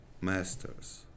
masters